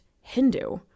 Hindu